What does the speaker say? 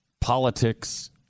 politics